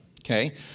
okay